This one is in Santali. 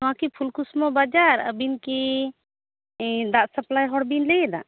ᱱᱚᱣᱟ ᱠᱤ ᱯᱷᱩᱞᱠᱩᱥᱢᱟᱹ ᱵᱟᱡᱟᱨ ᱟᱹᱵᱤᱱ ᱠᱤ ᱫᱟᱜᱽ ᱥᱟᱯᱷᱟᱞᱟᱭ ᱦᱚᱲ ᱵᱤᱱ ᱞᱟᱹᱭᱮᱫᱟ